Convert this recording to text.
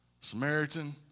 Samaritan